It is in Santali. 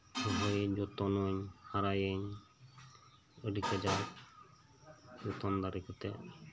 ᱨᱚᱦᱚᱭᱟᱹᱧ ᱡᱚᱛᱚᱱᱟᱹᱧ ᱦᱟᱨᱟᱭᱟᱹᱧ ᱟᱹᱰᱤ ᱠᱟᱡᱟᱠ ᱡᱚᱛᱚᱱ ᱫᱟᱨᱤ ᱠᱟᱛᱮᱜ